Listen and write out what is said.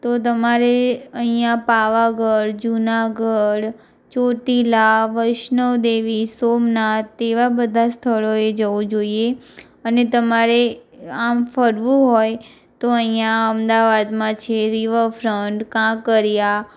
તો તમારે અહીંયા પાવાગઢ જુનાગઢ ચોટીલા વૈષ્નોદેવી સોમનાથ તેવાં બધાં સ્થળોએ જવું જોઈએ અને તમારે આમ ફરવું હોય તો અહીંયા અમદાવાદમાં છે રિવરફ્રન્ટ કાંકરિયા